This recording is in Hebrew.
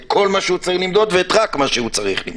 את כל מה שהוא צריך למדוד ורק את מה שהוא צריך למדוד.